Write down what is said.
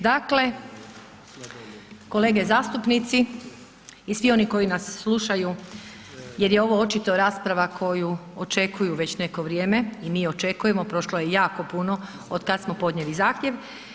Dakle kolege zastupnici i svi oni koji nas slušaju jer je ovo očito rasprava koju očekuju već neko vrijeme, i mi očekujemo, prošlo je jako puno otkad smo podnijeli zahtjev.